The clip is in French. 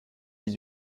dix